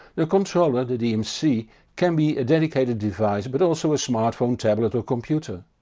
the controller the dmc can be a dedicated device but also a smartphone, tablet or computer.